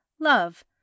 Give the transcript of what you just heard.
love